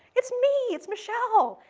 it's me, it's michelle.